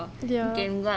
ya